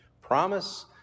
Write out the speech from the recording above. promise